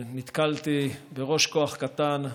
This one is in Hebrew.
בראש כוח קטן,